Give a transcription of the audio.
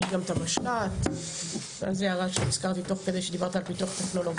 יש גם את המשל"ט אז זה הערה שנזכרתי תוך כדי שדיברת על פיתוח טכנולוגי,